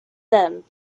them